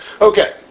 Okay